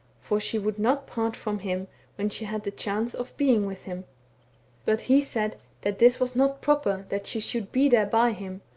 for she would not part from him when she had the chance of being with him but he said that this was not proper that she should be there by him,